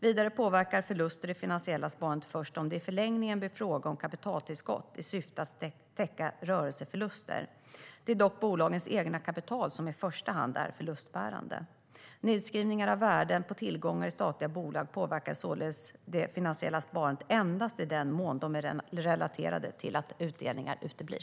Vidare påverkar förluster det finansiella sparandet först om det i förlängningen blir fråga om kapitaltillskott i syfte att täcka rörelseförluster. Det är dock bolagens egna kapital som i första hand är förlustbärande. Nedskrivningar av värden på tillgångar i statliga bolag påverkar således det finansiella sparandet endast i den mån de är relaterade till att utdelningar uteblir.